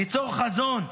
ניצור חזון,